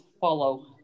follow